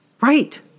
Right